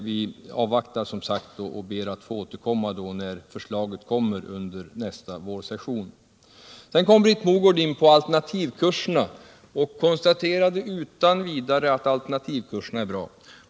Vi avvaktar som sagt och ber att få återkomma under nästa vårsession när förslaget kommer att läggas fram. Sedan kom Britt Mogård in på alternativkurserna och konstaterade utan vidare att dessa är bra.